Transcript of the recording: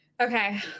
Okay